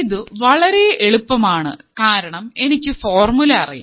ഇതു വളരെ എളുപ്പം ആണ് കാരണം എനിക്ക് ഫോർമുല അറിയാം